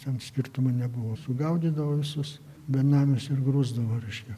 ten skirtumo nebuvo sugaudydavo visus benamius ir grūsdavo reiškia